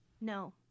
No